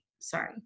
sorry